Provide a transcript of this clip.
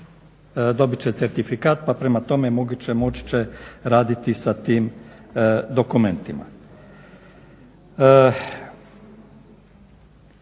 dobit će certifikat pa prema tome moći će raditi sa tim dokumentima.